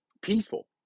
peaceful